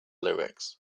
lyrics